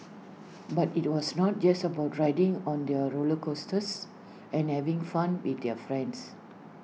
but IT was not just about riding on their roller coasters and having fun with their friends